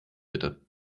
bitte